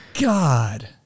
God